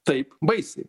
taip baisiai